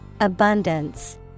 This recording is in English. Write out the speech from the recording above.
Abundance